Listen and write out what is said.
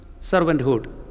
Servanthood